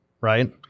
Right